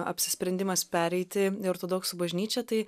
apsisprendimas pereiti į ortodoksų bažnyčią tai